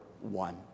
one